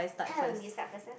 you start first ah